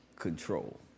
control